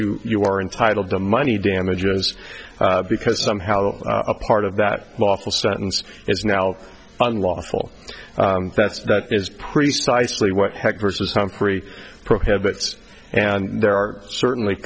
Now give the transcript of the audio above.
you you are entitled to money damages because somehow a part of that lawful sentence is now unlawful that's that is precisely what hecht versus humphrey prohibits and there are certainly